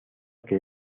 que